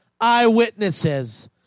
eyewitnesses